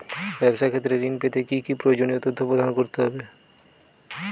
ব্যাবসা ক্ষেত্রে ঋণ পেতে কি কি প্রয়োজনীয় তথ্য প্রদান করতে হবে?